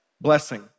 blessing